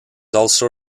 also